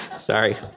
sorry